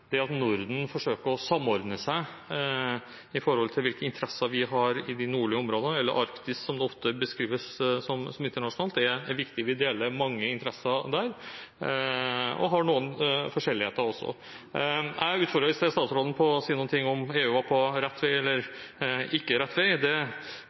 det at Norden forsøker å samordne seg med hensyn til hvilke interesser vi har i de nordlige områdene, eller i Arktis, som det ofte beskrives som internasjonalt, er viktig. Vi deler mange interesser der, men har også noen ulikheter. Jeg utfordret i stad statsråden på å si noe om hvorvidt EU var på rett vei